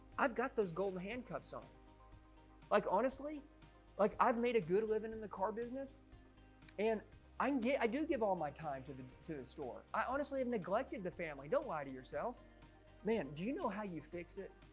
i've got those golden handcuffs on like honestly like i've made a good living in the car business and i get i do give all my time to the to the store. i honestly have neglected the family don't lie to yourself man, do you know how you fix it?